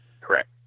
Correct